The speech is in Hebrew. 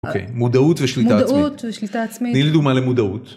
אוקי, מודעות ושליטה עצמית. מודעות ושליטה עצמית. תני לי דוגמה למודעות.